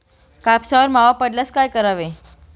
कापसावर मावा पडल्यास काय करावे?